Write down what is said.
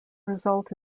result